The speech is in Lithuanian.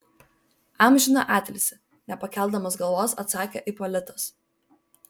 amžiną atilsį nepakeldamas galvos atsakė ipolitas